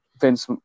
Vince